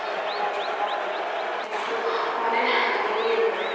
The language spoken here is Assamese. যিকোনো এটা ব্যৱসায় কৰিব হ'লে আমি মানে এইটো মানে ল'বই লাগিব মানে